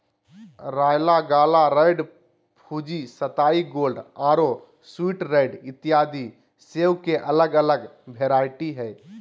royal Gala, red Fuji, सताई gold आरो sweet red इत्यादि सेब के अलग अलग वैरायटी हय